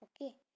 Okay